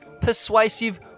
persuasive